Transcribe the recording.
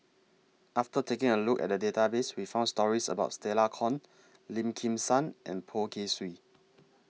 after taking A Look At The Database We found stories about Stella Kon Lim Kim San and Poh Kay Swee